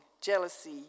jealousy